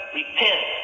repent